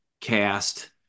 cast